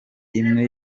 imwe